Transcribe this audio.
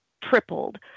tripled